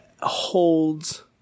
holds